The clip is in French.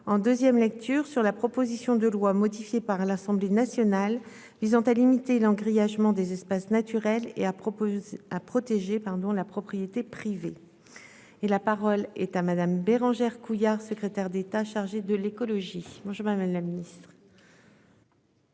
en 2ème lecture sur la proposition de loi modifiée par l'Assemblée nationale visant à limiter l'an grillage ment des espaces naturels et à propos, à protéger, pardon la propriété privée. Et la parole est à Madame. Bérangère Couillard, secrétaire d'État chargée de l'écologie. Moi je m'amène la ministre.